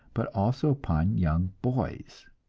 but also upon young boys.